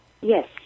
Yes